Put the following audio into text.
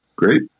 Great